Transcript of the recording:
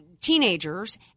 teenagers